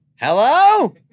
Hello